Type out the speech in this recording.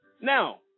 Now